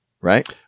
Right